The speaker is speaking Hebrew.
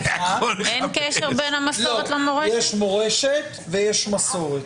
לא, יש מורשת ויש מסורת.